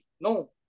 No